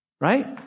Right